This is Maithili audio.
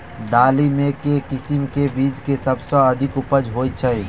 दालि मे केँ किसिम केँ बीज केँ सबसँ अधिक उपज होए छै?